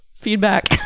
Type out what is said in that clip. feedback